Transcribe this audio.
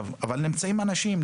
אבל נמצאים שם אנשים,